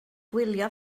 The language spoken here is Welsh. gwylio